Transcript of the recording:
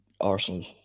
Arsenal